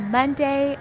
Monday